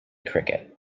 cricket